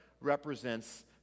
represents